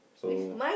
so